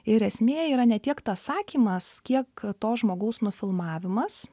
ir esmė yra ne tiek tas sakymas kiek to žmogaus nufilmavimas